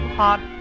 hot